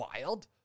wild